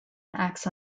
acts